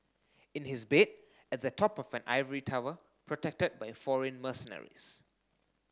in his bed at the top of an ivory tower protected by foreign mercenaries